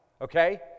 okay